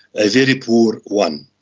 a very poor one.